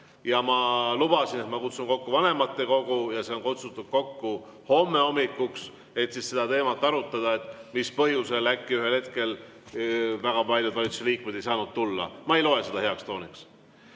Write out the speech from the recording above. Ma lubasin, et ma kutsun kokku vanematekogu. See on kutsutud kokku homme hommikuks, et arutada seda teemat, mis põhjusel äkki ühel hetkel väga paljud valitsusliikmed ei saanud siia tulla. Ma ei loe seda heaks tooniks.